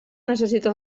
necessita